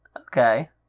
Okay